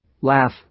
Laugh